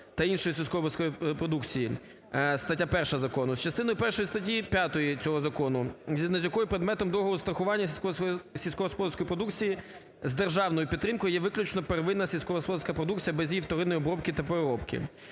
та іншої сільськогосподарської продукції, стаття 1 закону з частиною першою статті 5 цього закону, згідно з якою предметом договору страхування сільськогосподарської продукції з державною підтримкою є виключно первинна сільськогосподарська продукція без її вторинної обробки та пробки.